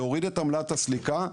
להוריד את עמלת הסליקה,